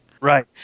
Right